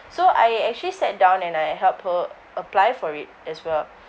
so I actually sat down and I help her apply for it as well